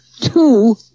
Two